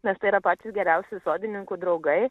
nes tai yra patys geriausi sodininkų draugai